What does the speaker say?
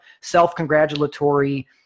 self-congratulatory